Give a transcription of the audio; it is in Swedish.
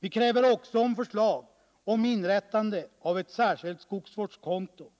Vi kräver också ett förslag om inrättande av ett särskilt skogsvårdskonto,